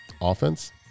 Offense